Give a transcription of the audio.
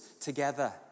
together